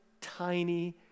tiny